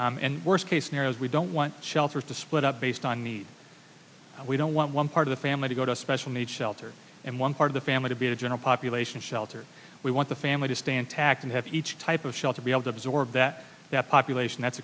back and worst case scenarios we don't want shelters to split up based on need we don't want one part of the family to go to a special needs shelter and one part of the family to be a general population shelter we want the family to stand back and have each type of shelter be able to absorb that that population that's